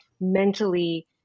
mentally